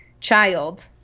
child